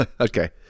Okay